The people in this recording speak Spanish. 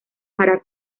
para